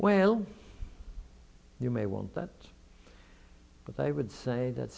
well you may want that but they would say that